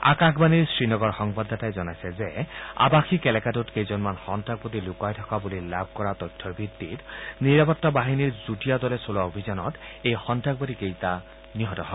আকাশবাণীৰ শ্ৰীনগৰৰ সংবাদদাতাই জনাইছে যে আৱাসিক এলেকাটোত কেইটামান সন্নাসবাদী লুকাই থকা বুলি লাভ কৰা তথ্যৰ ভিত্তিত নিৰাপত্তা বাহিনীৰ যুটীয়া দলে চলোৱা অভিযানত এই সন্তাসবাদী কেইটা নিহত হয়